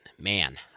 man